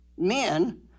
men